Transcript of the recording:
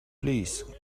please